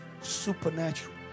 supernatural